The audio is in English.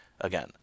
again